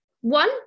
One